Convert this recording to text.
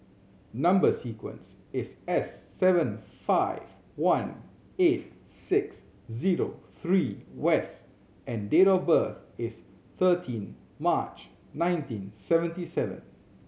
number sequence is S seven five one eight six zero three and date of birth is thirteen March nineteen seventy seven